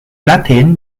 latin